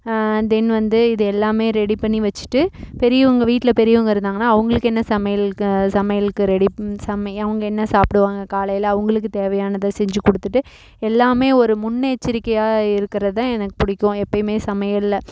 தென் வந்து இது எல்லாமே ரெடி பண்ணி வெச்சுட்டு பெரியவங்க வீட்டில் பெரியவங்க இருந்தாங்கன்னா அவங்களுக்கு என்ன சமையல்க்கு சமையலுக்கு ரெடி சமைய அவங்க என்ன சாப்பிடுவாங்க காலையில் அவங்களுக்கு தேவையானதை செஞ்சு கொடுத்துட்டு எல்லாமே ஒரு முன்னெச்சரிக்கையாக இருக்கிறது தான் எனக்கு பிடிக்கும் எப்போயுமே சமையலில்